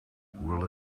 will